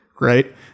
right